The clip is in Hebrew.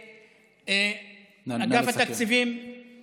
אגף התקציבים, נא לסכם.